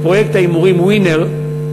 את פרויקט ההימורים "ווינר",